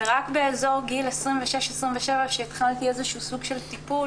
ורק באזור גיל 26-27 כשהתחלתי סוג של טיפול